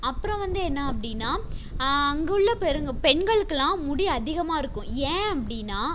அப்புறம் வந்து என்ன அப்படின்னா அங்கே உள்ள பெரு பெண்களுக்கெல்லாம் முடி அதிகமாக இருக்கும் ஏன் அப்படின்னா